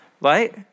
Right